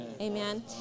Amen